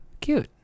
Cute